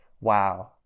wow